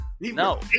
No